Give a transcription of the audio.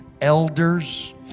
elders